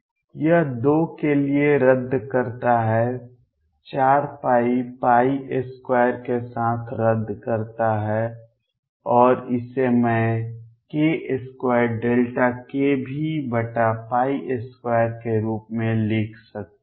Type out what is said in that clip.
यह 2 के लिए रद्द करता है 4π 2 के साथ रद्द करता है और इसे मैं k2ΔkV2 के रूप में लिख सकता हूं